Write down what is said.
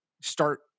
start